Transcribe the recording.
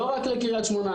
לא רק לקריית שמונה.